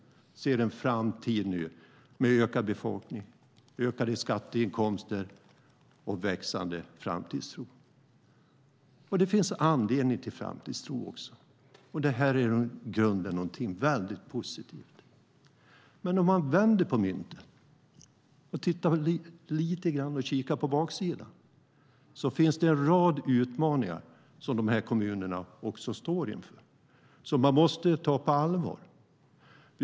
De ser nu en framtid med ökad befolkning, ökade skatteinkomster och en växande framtidstro. Det finns anledning till framtidstro. Detta är i grunden någonting positivt. Men om man vänder på myntet och kikar lite grann på baksidan ser man också en rad utmaningar som kommunerna står inför och som man måste ta på allvar.